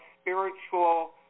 spiritual